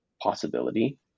possibility